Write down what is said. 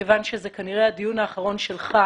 מכיוון שזה כנראה הדיון האחרון שלך,